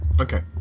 Okay